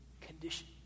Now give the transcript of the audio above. condition